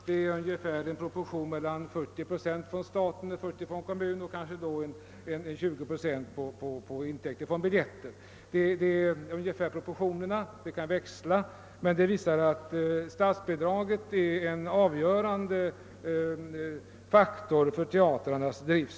Proportionerna är ungefär 40 procent från staten, 40 procent från kommunen och 20 procent i biljettintäkter. Naturligtvis kan proportionerna växla, men de visar att statsbidraget är en avgörande faktor för teatrarnas drift.